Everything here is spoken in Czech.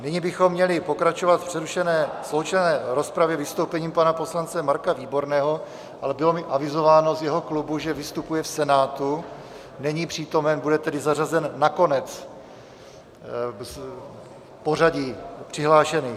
Nyní bychom měli pokračovat v přerušené sloučené rozpravě vystoupením pana poslance Marka Výborného, ale bylo mi avizováno z jeho klubu, že vystupuje v Senátu, není přítomen, bude tedy zařazen na konec pořadí přihlášených.